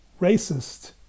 racist